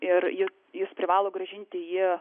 ir jis jis privalo grąžinti jį